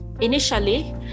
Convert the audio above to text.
initially